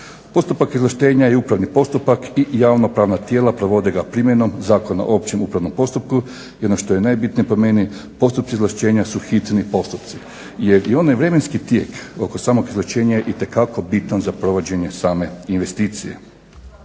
Postupak izvlaštenja je upravni postupak i javnopravna tijela provode ga primjenom Zakona o općem upravnom postupku. I ono što je najbitnije po meni postupci izvlašćenja su hitni postupci. Jer i onaj vremenski tijek oko samog izvlašćenja je itekako bitan za provođenje same investicije.